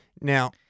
Now